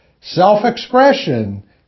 self-expression